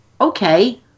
Okay